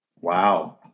Wow